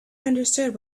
understood